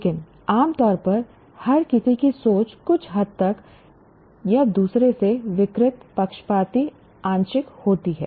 लेकिन आम तौर पर हर किसी की सोच कुछ हद तक या दूसरे से विकृत पक्षपाती आंशिक होती है